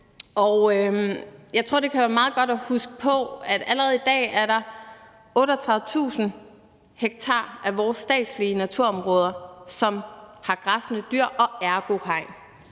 Jeg tror, det kan være meget godt at huske på, at allerede i dag er der 38.000 ha af vores statslige naturområder, som har græssende dyr og ergo hegn.